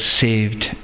saved